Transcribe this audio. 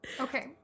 Okay